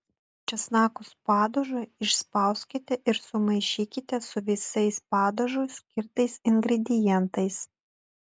česnakus padažui išspauskite ir sumaišykite su visais padažui skirtais ingredientais